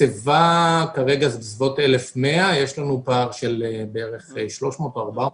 המצבה כרגע היא בסביבות 1,100. יש לנו פער של בערך 300 או 400,